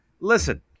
Listen